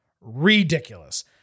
ridiculous